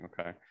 Okay